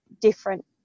different